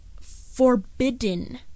forbidden